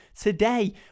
Today